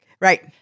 Right